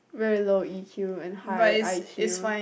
very low E_Q and high I_Q